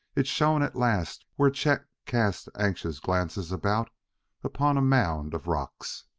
it shone at last where chet cast anxious glances about upon a mound of rocks.